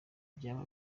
vyaba